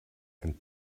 and